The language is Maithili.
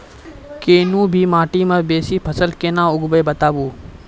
कूनू भी माटि मे बेसी फसल कूना उगैबै, बताबू?